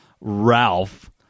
Ralph